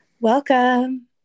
welcome